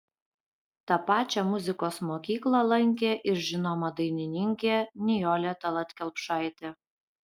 tą pačią muzikos mokyklą lankė ir žinoma dainininkė nijolė tallat kelpšaitė